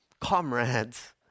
comrades